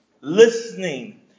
listening